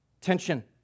tension